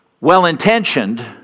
well-intentioned